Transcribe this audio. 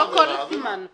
עבירה, עבירה, עבירה.